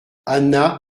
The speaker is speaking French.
anna